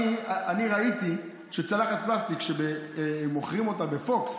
אני ראיתי שצלחת פלסטיק שמוכרים בפוקס